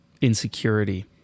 Insecurity